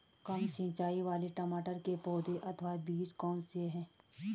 कम सिंचाई वाले टमाटर की पौध अथवा बीज कौन से हैं?